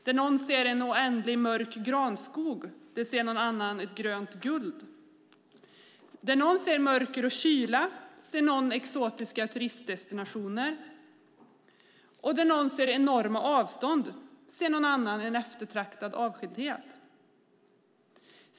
Där någon ser en oändlig granskog ser någon annan grönt guld. Där någon ser mörker och kyla ser någon annan exotiska turistdestinationer. Där någon ser enorma avstånd ser någon annan en eftertraktad avskildhet.